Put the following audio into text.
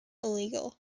illegal